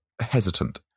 hesitant